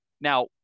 now